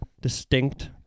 distinct